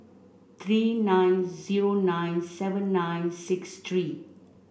three nine zero nine seven nine six three